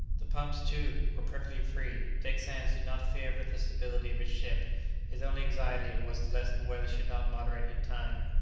the pumps, too, were perfectly free. dick sands did not fear for the stability of his ship his only anxiety was lest the weather should not moderate in time.